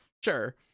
sure